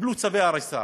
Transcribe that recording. וקיבלו צווי הריסה.